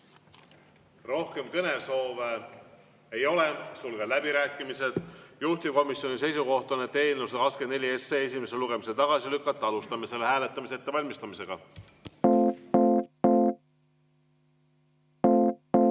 Rohkem kõnesoove ei ole, sulgen läbirääkimised. Juhtivkomisjoni seisukoht on eelnõu 124 esimesel lugemisel tagasi lükata. Alustame selle hääletamise ettevalmistamist.